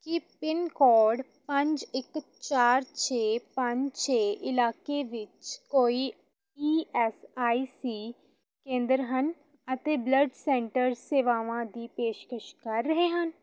ਕੀ pin code ਪੰਜ ਇੱਕ ਚਾਰ ਛੇ ਪੰਜ ਛੇ ਇਲਾਕੇ ਵਿੱਚ ਕੋਈ ਈ ਐਸ ਆਈ ਸੀ ਕੇਂਦਰ ਹਨ ਅਤੇ ਬਲੱਡ ਸਟੈਂਰਜ਼ ਸੇਵਾਵਾਂ ਦੀ ਪੇਸ਼ਕਸ਼ ਕਰ ਰਹੇ ਹਨ